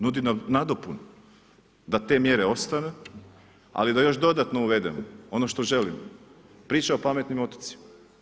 Nudi nam nadopunu da te mjere ostanu ali da još dodatno uvedemo ono što želimo, priča o pametnim otocima.